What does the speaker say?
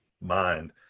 mind